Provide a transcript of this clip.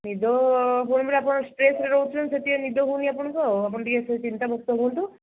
ନିଦ ରୁମ୍ରେ ଆପଣ ଷ୍ଟ୍ରେସ୍ରେ ରହୁଛନ୍ତି ସେଥିପାଇଁ ନିଦ ହେଉନି ଆପଣଙ୍କୁ ଆଉ ଆପଣ ଟିକେ ଏସବୁ ଚିନ୍ତା ମୁକ୍ତ ହୁଅନ୍ତୁ